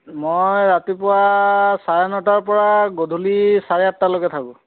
মই ৰাতিপুৱা চাৰে নটাৰ পৰা গধূলি চাৰে আঠটালৈকে থাকোঁ